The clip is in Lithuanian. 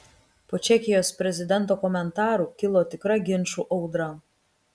po čekijos prezidento komentarų kilo tikra ginčų audra